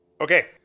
Okay